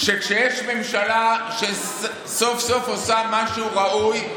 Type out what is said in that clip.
שכשיש ממשלה שסוף-סוף עושה משהו ראוי,